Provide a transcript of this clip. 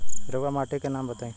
रहुआ माटी के नाम बताई?